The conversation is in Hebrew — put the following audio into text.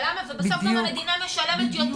בסוף המדינה משלמת יותר.